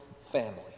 family